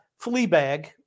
Fleabag